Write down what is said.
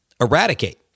eradicate